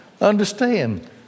understand